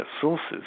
sources